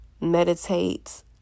Meditate